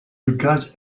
regards